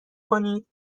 کنید